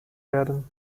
werden